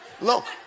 Look